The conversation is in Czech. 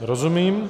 Rozumím.